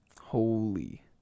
Holy